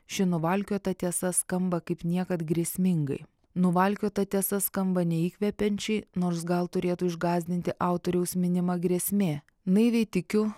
ši nuvalkiota tiesa skamba kaip niekad grėsmingai nuvalkiota tiesa skamba neįkvepiančiai nors gal turėtų išgąsdinti autoriaus minima grėsmė naiviai tikiu